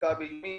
סחיטה באיומים,